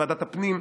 ועדת הפנים.